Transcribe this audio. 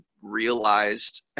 realized